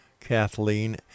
Kathleen